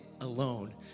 alone